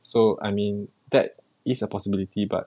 so I mean that is a possibility but